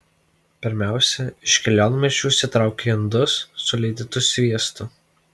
pirmiausia iš kelionmaišių išsitraukia indus su lydytu sviestu